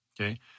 Okay